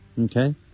Okay